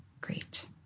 Great